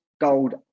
Gold